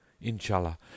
inshallah